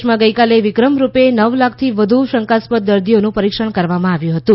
દેશમાં ગઇકાલે વિક્રમરૂપ નવ લાખથી વધુ શંકાસ્પદ દર્દીઓનું પરીક્ષણ કરવામાં આવ્યું હતું